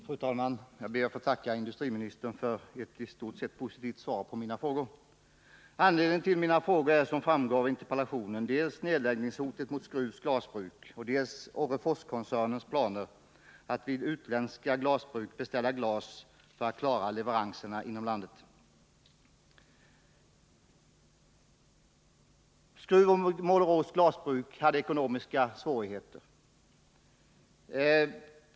Fru talman! Jag ber att få tacka industriministern för ett i stort sett positivt svar på mina frågor. Anledningen till dessa var som framgår av interpellationen dels nedläggningshotet mot Skrufs Glasbruk, dels Orreforskoncernens planer att hos utländska glasbruk beställa glas för att klara leveranserna inom landet. Skrufs Glasbruk och Målerås Glasbruk hade ekonomiska svårigheter.